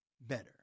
better